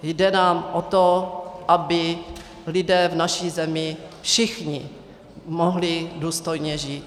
Jde nám o to, aby lidé v naší zemi všichni mohli důstojně žít.